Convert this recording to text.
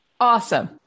awesome